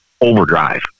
overdrive